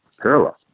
parallel